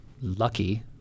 lucky